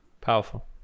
Powerful